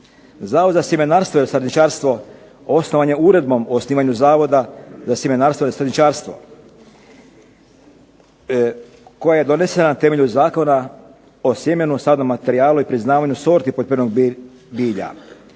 Zavod za sjemenarstvo i sadničarstvo osnovan je Uredbom o osnivanju Zavoda za sjemenarstvo i sadničarstvo koja je donesena na temelju Zakona o sjemenu, sadnom materijalu i priznavanju sorti poljoprivrednog bilja.